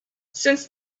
since